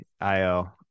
Io